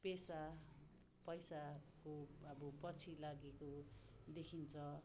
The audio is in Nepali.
पेसा पैसाको अब पछि लागेको देखिन्छ